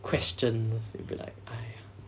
questions then be like aiya